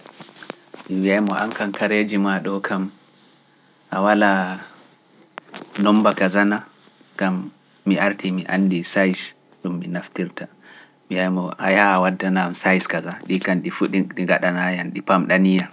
Mi wi'ay-mo aan kam kareeji maa ɗoo kam, a walaa nummba kaza na, ngam mi artii mi anndii size ɗum mi naftirta, mi wi'ay-mo a yaha a waddana yam size kazaa, ɗii kam ɗi fuu ɗi - ɗi ngaɗaayi yam ɗi famɗanii yam.